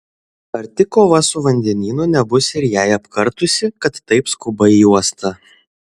ar tik kova su vandenynu nebus ir jai apkartusi kad taip skuba į uostą